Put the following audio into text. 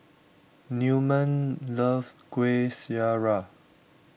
Newman loves Kueh Syara